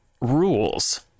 rules